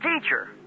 teacher